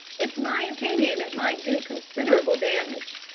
it's my opinion it might do considerable damage.